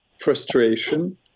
frustration